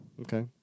Okay